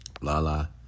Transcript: Lala